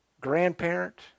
grandparent